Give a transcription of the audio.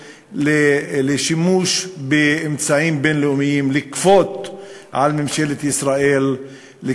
לשימוש באמצעים בין-לאומיים לכפות על ממשלת ישראל או